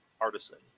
artisan